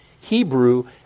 Hebrew